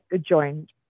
joined